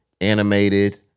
Animated